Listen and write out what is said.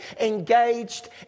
engaged